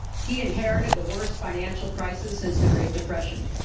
he inherited the worst financial crisis since the great depression.